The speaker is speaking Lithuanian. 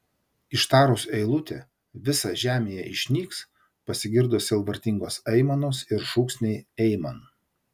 ištarus eilutę visa žemėje išnyks pasigirdo sielvartingos aimanos ir šūksniai aiman